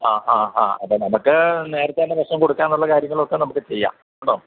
ആ ആ ആ അപ്പോള് നമ്മള്ക്കു നേരത്തേ തന്നെ ഭക്ഷണം കൊടുക്കാനുള്ള കാര്യങ്ങളൊക്കെ നമ്മള്ക്കു ചെയ്യാം കേട്ടോ